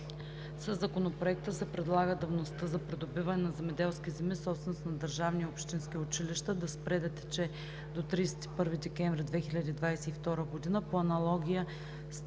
Със Законопроекта се предлага давността за придобиване на земеделски земи, собственост на държавни и общински училища, да спре да тече до 31 декември 2022 г., по аналогия с